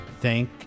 thank